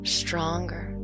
stronger